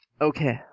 Okay